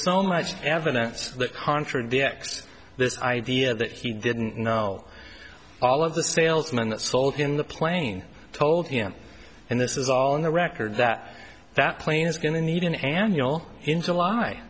so much evidence that contradicts this idea that he didn't know all of the salesman that sold in the plane told him and this is all on the record that that plane is going to need an annual in